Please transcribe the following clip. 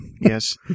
yes